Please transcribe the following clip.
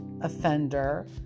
offender